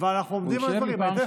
אבל אנחנו עובדים על הדברים.